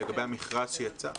לגבי המכרז שיצא?